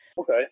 Okay